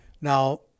Now